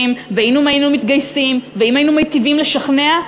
ואם היינו מתגייסים ואם היינו מיטיבים לשכנע,